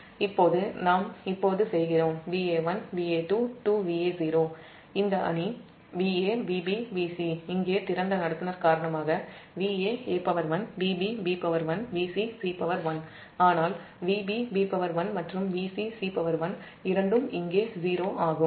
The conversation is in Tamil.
இப்போது நாம் Va1Va2Va0 இந்த அணி Va VbVc இங்கே திறந்த கடத்தி காரணமாக Vaa1Vbb1Vcc1 ஆனால்Vbb1 மற்றும் Vcc1 இரண்டும் இங்கே 0 ஆகும்